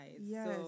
Yes